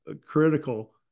critical